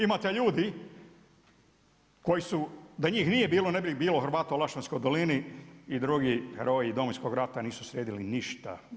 Imate ljudi koji su, da njih nije bilo ne bi ni bilo Hrvata u Lašćanskoj dolini i drugi heroji Domovinskog rata nisu sredili ništa.